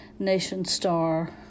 NationStar